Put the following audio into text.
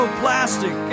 plastic